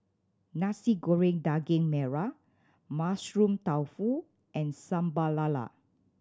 Nasi Goreng Daging Merah Mushroom Tofu and Sambal Lala